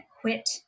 quit